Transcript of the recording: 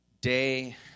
Day